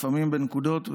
לפעמים בנקודות,